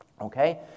Okay